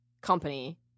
company